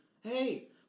hey